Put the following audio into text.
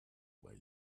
way